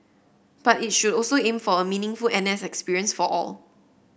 but it should also aim for a meaningful N S experience for all